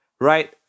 right